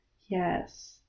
Yes